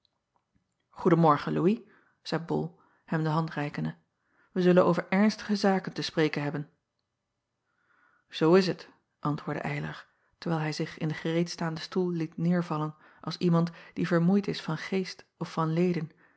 morgen ouis zeî ol hem de hand reikende wij zullen over ernstige zaken te spreken hebben oo is het antwoordde ylar terwijl hij zich in den gereedstaanden stoel liet neêrvallen als iemand die vermoeid is van geest of van leden